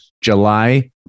july